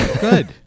Good